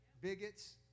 bigots